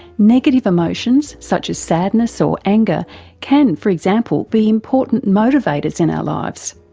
negative emotions such as sadness or anger can for example be important motivators in our lives.